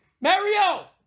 Mario